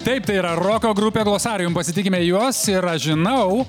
taip tai yra roko grupė glossarium pasitikime juos ir aš žinau